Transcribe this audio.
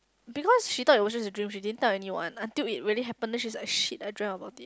because she thought it was just a dream she didn't tell anyone until it really happen then she's like shit I dreamt about it